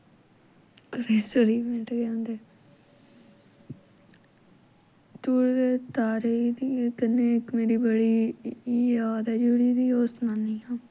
celestial event केह् होंदे टुट्टदे तारे गी कन्नै इक मेरी बड़ी जाद ऐ जेह्ड़ी ते ओह् सनानी आं